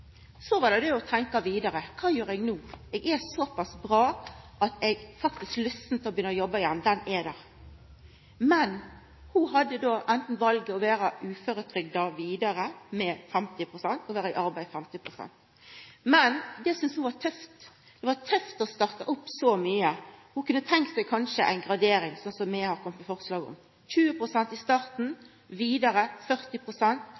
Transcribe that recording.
Så var det å tenkja vidare: Kva gjer eg no? Eg er såpass bra at lysta til å begynna å jobba igjen er faktisk der. Ho hadde valet om å vera uføretrygda vidare i 50 pst. og i arbeid 50 pst. Men ho syntest det var tøft å starta opp så mykje. Ho kunne kanskje ha tenkt seg ei gradering, slik vi har kome med forslag om – 20 pst. i starten